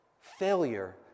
failure